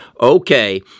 okay